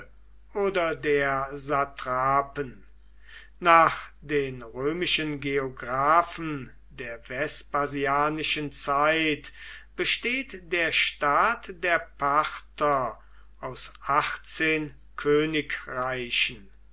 oder der satrapen nach den römischen geographen der vespasianischen zeit besteht der staat der parther aus achtzehn königreichen